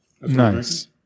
nice